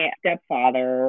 stepfather